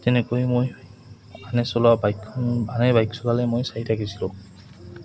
তেনেকৈ মই আনে চলোৱা বাইকখন আনে বাইক চলালে মই চাই থাকিছিলোঁ